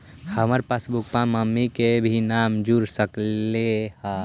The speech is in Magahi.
हमार पासबुकवा में मम्मी के भी नाम जुर सकलेहा?